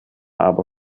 aber